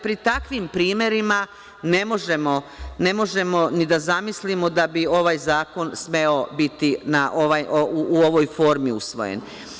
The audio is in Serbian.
Pri takvim primerima ne možemo ni da zamislimo da bi ovaj zakon smeo biti u ovoj formi usvojen.